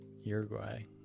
Uruguay